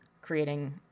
creating